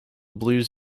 blues